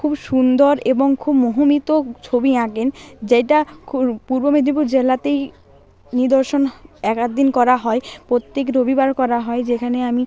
খুব সুন্দর এবং খুব মোহিত ছবি আঁকেন যেটা খু পূর্ব মেদিনীপুর জেলাতেই নিদর্শন এক এক দিন করা হয় প্রত্যেক রবিবার করা হয় যেখানে আমি